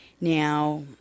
Now